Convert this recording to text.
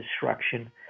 destruction